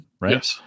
Right